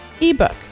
ebook